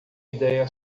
ideia